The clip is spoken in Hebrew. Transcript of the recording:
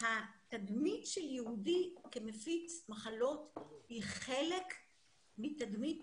התדמית של יהודי כמפיץ מחלות היא חלק מתדמית